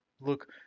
Look